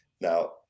Now